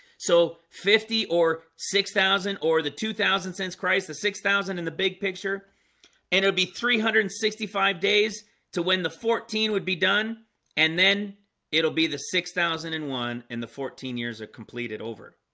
so fifty or six thousand or the two thousand cents price the six zero in the big picture and it'll be three hundred and sixty five days to when the fourteen would be done and then it'll be the six thousand and one and the fourteen years are completed over